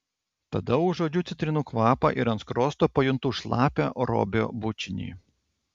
tada užuodžiu citrinų kvapą ir ant skruosto pajuntu šlapią robio bučinį